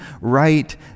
right